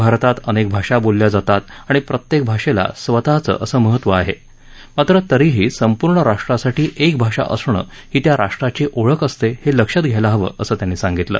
भारतात अनेक भाषा बोलल्या जातात आणि प्रत्येक भाषेला स्वतःचं असं महत्वं आहे मात्र तरीही संपूर्ण राष्ट्रासाठी एक भाषा असणं ही त्या राष्ट्राची ओळख असते हे लक्षात घ्यायला हवं असं त्यांनी सांगितलं